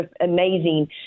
amazing